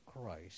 Christ